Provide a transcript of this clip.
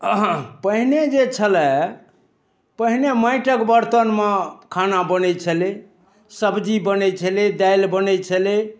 पहिने जे छलए पहिने माटिक बर्तनमे खाना बनै छलै सब्जी बनै छलै दालि बनै छलै